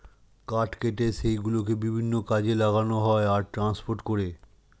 কাঠ কেটে সেই গুলোকে বিভিন্ন কাজে লাগানো হয় আর ট্রান্সপোর্ট করে